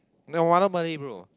they wanna Bali bro